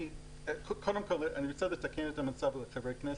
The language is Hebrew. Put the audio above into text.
ואני רוצה לתקן את המצב לחברי הכנסת.